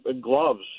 gloves